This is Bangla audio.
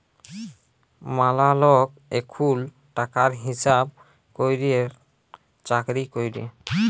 ম্যালা লক এখুল টাকার হিসাব ক্যরের চাকরি ক্যরে